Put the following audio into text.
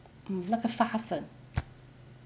mm 那个发粉